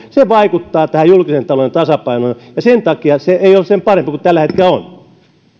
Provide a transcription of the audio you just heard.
se vaikuttaa tähän julkisen talouden tasapainoon ja sen takia se ei ole sen parempi kuin tällä hetkellä on